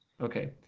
Okay